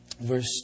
verse